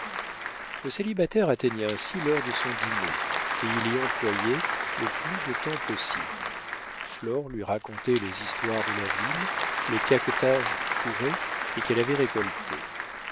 le célibataire atteignait ainsi l'heure de son dîner et il y employait le plus de temps possible flore lui racontait les histoires de la ville les caquetages qui couraient et qu'elle avait récoltés